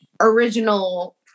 original